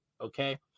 okay